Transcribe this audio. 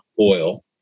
oil